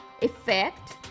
effect